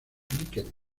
líquenes